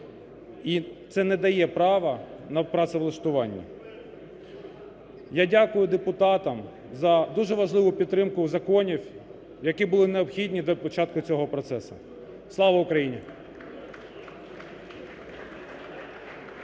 і це не дає права на працевлаштування. Я дякую депутатам за дуже важливу підтримку законів, які були необхідні для початку цього процесу. (Оплески) Слава Україні! ГОЛОВУЮЧИЙ.